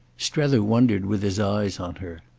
strether wondered with his eyes on her.